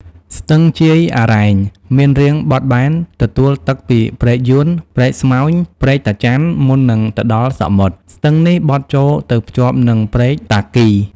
ស្ទឹងជាយអារែង មានរាងបត់បែន ទទួលទឹកពីព្រែកយួន ព្រែកស្មោញ ព្រែកតាចាន់ មុននឹងទៅដល់សមុទ្រ ស្ទឹងនេះបត់ចូលទៅភ្ជាប់នឹងព្រែកតាគី។